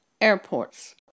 airports